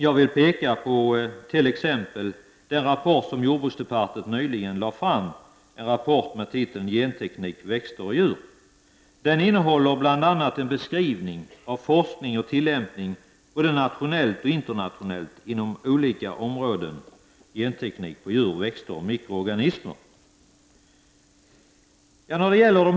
Jag vill peka på den rapport som jordbruksdepartementet nyligen lade fram, en rapport med titeln ”Genteknik — växter och djur”. Denna rapport innehåller bl.a. en beskrivning av forskning och tillämpning både nationellt och internationellt inom olika områden, t.ex. genteknik på djur, växter och mikroorganismer.